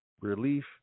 Relief